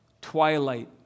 twilight